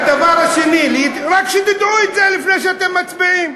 הדבר השני, רק שתדעו את זה לפני שאתם מצביעים.